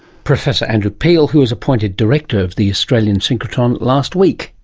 professor andrew peele who was appointed director of the australian synchrotron last week.